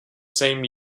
same